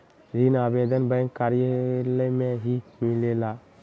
ऋण आवेदन बैंक कार्यालय मे ही मिलेला?